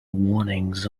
warnings